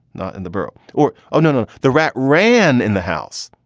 not in the burrow or. oh, no, no. the rat ran in the house.